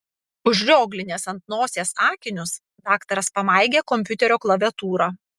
užrioglinęs ant nosies akinius daktaras pamaigė kompiuterio klaviatūrą